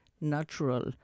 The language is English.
natural